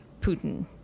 Putin